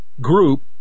Group